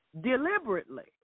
deliberately